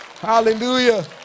Hallelujah